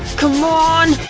c'mon,